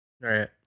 Right